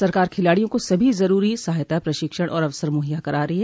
सरकार खिलाडियों को सभी ज़रूरी सहायता प्रशिक्षण और अवसर मुहैया करा रहो है